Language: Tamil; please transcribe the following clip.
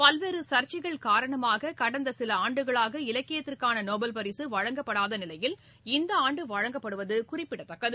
பல்வேறு சர்ச்சைகள் காரணமாக கடந்த சில ஆண்டுகளாக இலக்கியத்திற்கான நோபல் பரிசு வழங்கப்படாத நிலையில் இந்த ஆண்டு வழங்கப்படுவது குறிப்பிடத்தக்கது